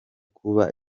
kuba